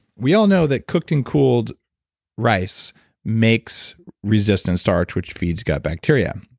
we all know that cooked and cooled rice makes resistant starch, which feeds gut bacteria.